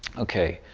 okay,